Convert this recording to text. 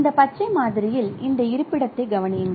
இந்த பச்சை மாதிரியில் இந்த இருப்பிடத்தைக் கவனியுங்கள்